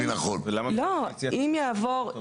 אם אני מבין נכון.